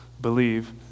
believe